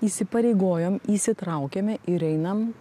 įsipareigojom įsitraukėme ir einam